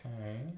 okay